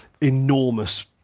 enormous